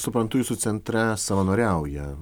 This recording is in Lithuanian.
suprantu jūsų centre savanoriauja